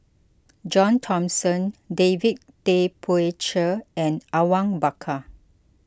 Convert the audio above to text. John Thomson David Tay Poey Cher and Awang Bakar